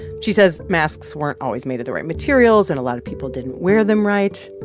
she says masks weren't always made of the right materials, and a lot of people didn't wear them right.